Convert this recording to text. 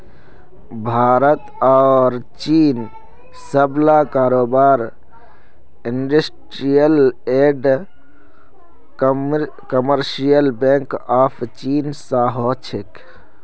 भारत आर चीनेर सबला कारोबार industrial and commercial bank of चीन स हो छेक